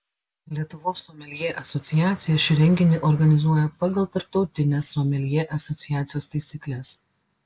lietuvos someljė asociacija šį renginį organizuoja pagal tarptautines someljė asociacijos taisykles